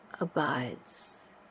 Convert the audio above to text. abides